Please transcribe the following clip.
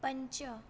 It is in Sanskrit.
पञ्च